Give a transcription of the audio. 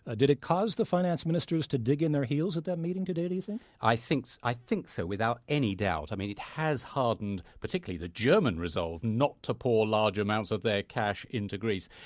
ah did it cause the finance ministers to dig in their heels at that meeting today do you think? i think i think so without any doubt. i mean, it has hardened, particularly the german resolve, not to pour large amounts of their cash into greece.